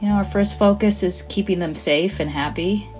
our first focus is keeping them safe and happy.